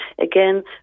again